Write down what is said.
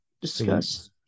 discuss